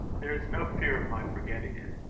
there is no fear of my forgetting it.